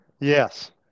Yes